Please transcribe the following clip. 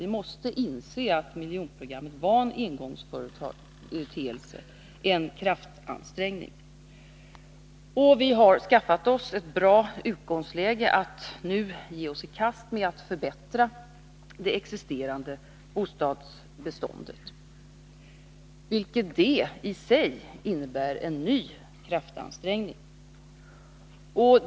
Vi måste inse att miljonprogrammet var en engångsföreteelse — en kraftansträngning. Vi har skaffat oss ett bra utgångsläge för att nu ge oss i kast med att förbättra det existerande bostadsbeståndet — vilket i sig innebär en ny kraftansträngning.